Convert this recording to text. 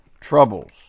troubles